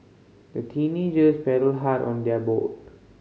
the teenagers paddled hard on their boat